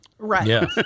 Right